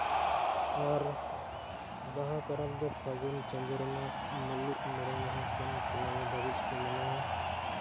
ᱟᱨ ᱵᱟᱦᱟ ᱯᱚᱨᱚᱵᱽ ᱫᱚ ᱯᱷᱟᱹᱜᱩᱱ ᱪᱟᱸᱫᱳ ᱨᱮᱱᱟᱜ ᱢᱩᱞᱩᱜ ᱢᱚᱬᱮ ᱢᱟᱦᱟ ᱠᱷᱚᱱ ᱠᱩᱱᱟᱹᱢᱤ ᱫᱷᱟᱹᱵᱤᱡ ᱠᱚ ᱢᱟᱱᱟᱣᱟ